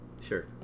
Sure